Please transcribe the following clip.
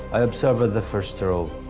i observed the first row.